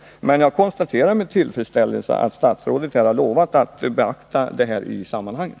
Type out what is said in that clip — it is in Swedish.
Jag konstaterar emellertid med tillfredsställelse att statsrådet nu har lovat att beakta detta i sammanhanget.